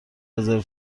رزرو